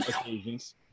occasions